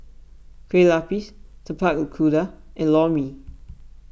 Kueh Lupis Tapak Kuda and Lor Mee